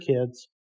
kids